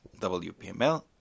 WPML